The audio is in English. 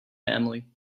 family